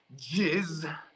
jizz